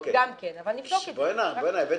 לוודאי לאור